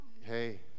hey